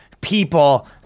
people